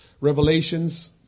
Revelations